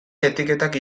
etiketak